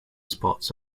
spots